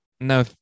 no